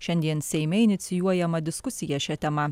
šiandien seime inicijuojama diskusija šia tema